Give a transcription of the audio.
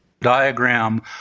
diagram